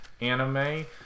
anime